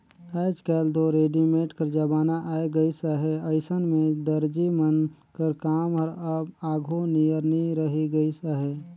आएज काएल दो रेडीमेड कर जमाना आए गइस अहे अइसन में दरजी मन कर काम हर अब आघु नियर नी रहि गइस अहे